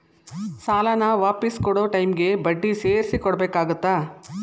ಸಾಲಾನ ವಾಪಿಸ್ ಕೊಡೊ ಟೈಮಿಗಿ ಬಡ್ಡಿ ಸೇರ್ಸಿ ಕೊಡಬೇಕಾಗತ್ತಾ